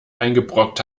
eingebrockt